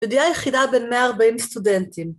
‫בדיעה יחידה בין 140 סטודנטים.